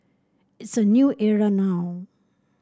it's a new era now